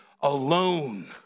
alone